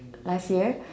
last year